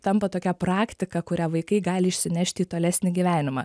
tampa tokia praktika kurią vaikai gali išsinešti į tolesnį gyvenimą